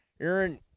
Aaron